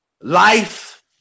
life